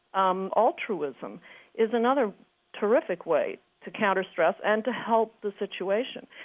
um altruism is another terrific way to counter stress and to help the situation.